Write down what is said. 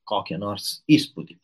kokį nors įspūdį